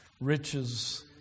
riches